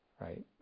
right